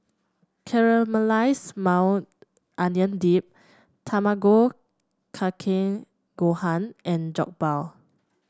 Caramelized Maui Onion Dip Tamago Kake Gohan and Jokbal